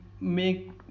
make